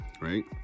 right